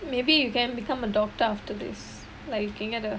maybe you can become a doctor after this like you can get a